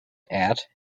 out